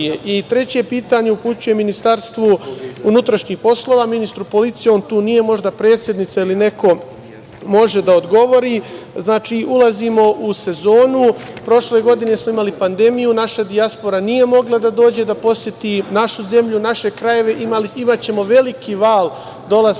pitanje upućujem Ministarstvu unutrašnjih poslova, ministru policije. On tu nije, možda predsednica ili neko može da odgovori. Znači, ulazimo u sezonu, prošle godine smo imali pandemiju i naša dijaspora nije mogla da dođe da poseti našu zemlju, naše krajeve. Imaćemo veliki val dolaska